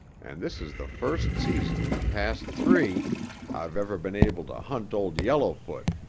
and this is the first season in the past three i've ever been able to hunt old yellowfoot.